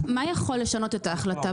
מה יכול לשנות את ההחלטה?